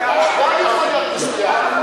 גם, יכול להיות מזויף.